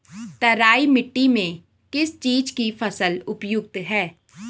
तराई मिट्टी में किस चीज़ की फसल उपयुक्त है?